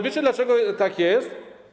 Wiecie, dlaczego tak jest?